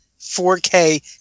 4K